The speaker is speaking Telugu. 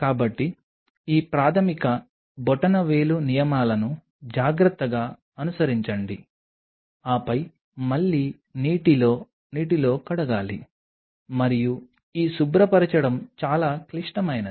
కాబట్టి ఈ ప్రాథమిక బొటనవేలు నియమాలను జాగ్రత్తగా అనుసరించండి ఆపై మళ్లీ నీటిలో నీటిలో కడగాలి మరియు ఈ శుభ్రపరచడం చాలా క్లిష్టమైనది